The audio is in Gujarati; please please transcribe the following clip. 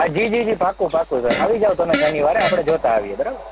જી જી જી પાકું પાક્કું સર આવી જાઓ તમે શનિવારે આપણે જોતા આવીએ બરાબર